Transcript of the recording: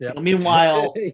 Meanwhile